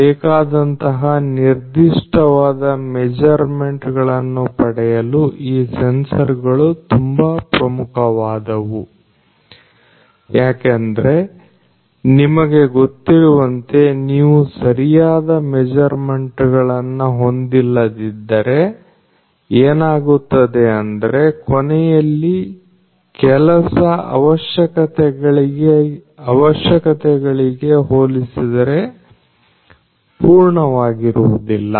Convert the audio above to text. ಬೇಕಾದಂತಹ ನಿರ್ದಿಷ್ಟವಾದ ಮೆಜರ್ಮೆಂಟ್ ಗಳನ್ನು ಪಡೆಯಲು ಈ ಸೆನ್ಸರ್ ಗಳು ತುಂಬಾ ಪ್ರಮುಖವಾದವು ಯಾಕಂದ್ರೆ ನಿಮಗೆ ಗೊತ್ತಿರುವಂತೆ ನೀವು ಸರಿಯಾದ ಮೆಜರ್ಮೆಂಟ್ ಗಳನ್ನು ಹೊಂದಿಲ್ಲದಿದ್ದರೆ ಏನಾಗುತ್ತದೆ ಅಂದ್ರೆ ಕೊನೆಯಲ್ಲಿ ಕೆಲಸ ಅವಶ್ಯಕತೆಗಳಿಗೆ ಹೋಲಿಸಿದರೆ ಪರಿಪೂರ್ಣವಾಗಿರುವುದಿಲ್ಲ